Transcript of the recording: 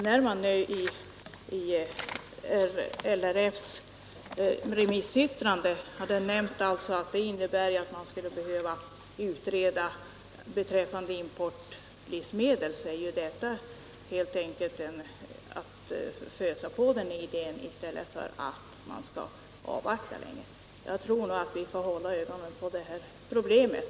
När LRF i sitt remissyttrande nämner att man bör utreda möjligheterna till kontroll av importerade livsmedel är det ett sätt att fösa på idén i stället för att avvakia. Jag tror att vi får hålla ögonen på det här problemet.